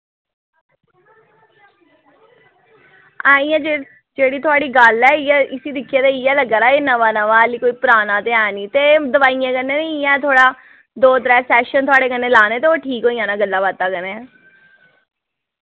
हां इ'य्यै जे जेह्ड़ी थुआढ़ी गल्ल ऐ इ'य्यै इस्सी दिक्खियै ते इ'य्यै लग्गा दा एह् नवां नवां आह्ली कोई पराना ते ऐ नी ते दवाइयें कन्नै वी इ'य्यां थोह्ड़ा दो त्रै सैशन थुआढ़े कन्नै लाने ते ओह् ठीक होई जाना गल्ला बाता कन्नै